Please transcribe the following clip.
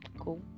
Cool